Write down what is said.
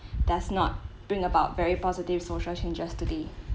does not bring about very positive social changes today